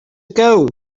ago